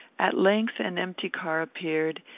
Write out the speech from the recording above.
at length an empty car appeared,